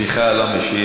שיחה על המשיח,